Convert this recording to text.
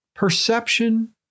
Perception